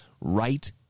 right